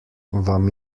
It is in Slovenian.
vam